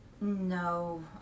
No